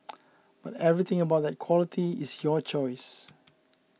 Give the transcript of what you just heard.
but everything about that quality is your choice